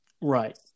right